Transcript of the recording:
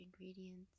ingredients